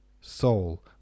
soul